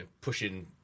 pushing